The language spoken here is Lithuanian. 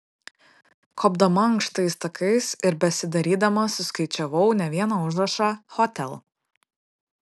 kopdama ankštais takais ir besidarydama suskaičiavau ne vieną užrašą hotel